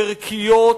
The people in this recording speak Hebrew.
ערכיות